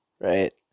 right